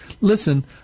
listen